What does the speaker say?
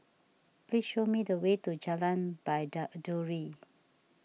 please show me the way to Jalan Baiduri